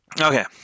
Okay